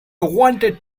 wanted